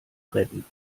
retten